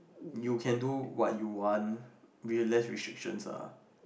you can do what you want bear less restrictions lah